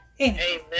Amen